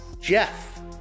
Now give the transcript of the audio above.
Jeff